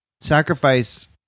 sacrifice